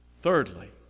Thirdly